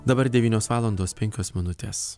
dabar devynios valandos penkios minutės